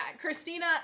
Christina